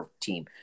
team